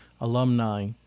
alumni